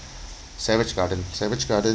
savage garden savage garden